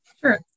Sure